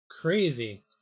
Crazy